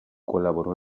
colaboró